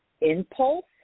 impulse